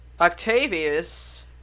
Octavius